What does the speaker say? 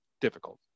difficult